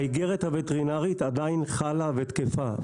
האיגרת הווטרינרית עדיין חלה ותקפה.